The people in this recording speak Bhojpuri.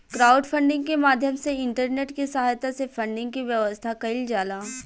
क्राउडफंडिंग के माध्यम से इंटरनेट के सहायता से फंडिंग के व्यवस्था कईल जाला